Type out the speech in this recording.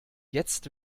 jetzt